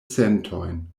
sentojn